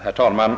Herr talman!